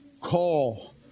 Call